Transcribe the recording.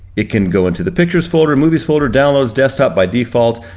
it can go into the pictures folder, movies folder, downloads, desktop by default,